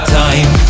time